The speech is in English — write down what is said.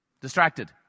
Distracted